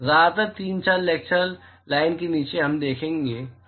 ज्यादातर 3 4 lecture line के नीचे हम देखेंगे हाँ